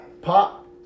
Pop